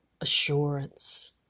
Assurance